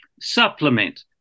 supplement